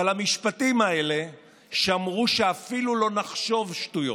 אבל המשפטים האלה שאמרו שאפילו לא נחשוב שטויות.